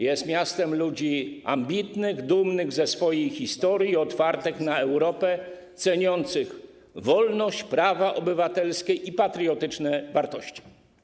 Jest miastem ludzi ambitnych, dumnych ze swojej historii, otwartych na Europę, ceniących wolność, prawa obywatelskie i patriotyczne wartości.